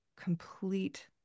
complete